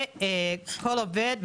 וכל עובד,